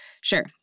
Sure